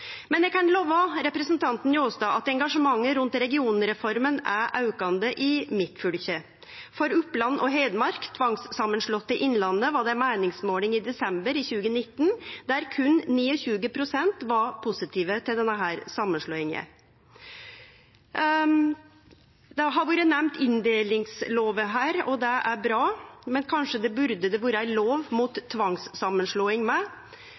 Eg kan love representanten Njåstad at engasjementet rundt regionreforma er aukande i mitt fylke. I Oppland og Hedmark, som med tvang blei slått saman til Innlandet, var det i desember 2019 ei meiningsmåling som viste at berre 29 pst. var positive til den samanslåinga. Inndelingslova har blitt nemnd her. Det er bra, men kanskje burde det ha vore ei lov